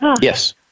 Yes